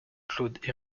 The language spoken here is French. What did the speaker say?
claude